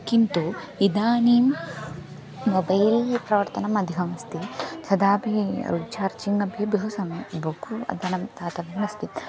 किन्तु इदानीं मोबैल् फ़्रोड्तनमधिकमस्ति तदापि चार्जिङ्ग् अपि बहु सम्यक् बिल् धनं त तदस्ति